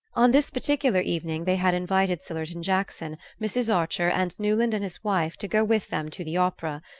on this particular evening they had invited sillerton jackson, mrs. archer and newland and his wife to go with them to the opera,